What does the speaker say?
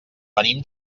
venim